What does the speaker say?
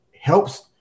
helps